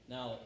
Now